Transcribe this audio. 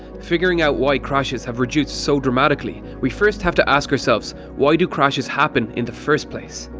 figuring out why crashes have reduced so dramatically, we first have to ask ourselves, why do crashes happen in the first place.